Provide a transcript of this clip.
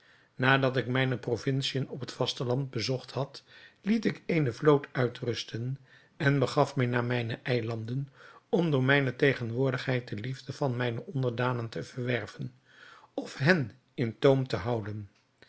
nadat ik mijne provinciën op het vasteland bezocht had liet ik eene vloot uitrusten en begaf mij naar mijne eilanden om door mijne tegenwoordigheid de liefde van mijne onderdanen te verwerven of hen in toom te houden